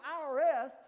IRS